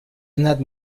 ändert